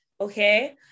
Okay